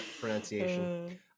pronunciation